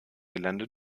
gelände